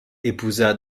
épousa